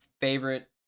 favorite